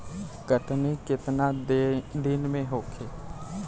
कटनी केतना दिन में होखे?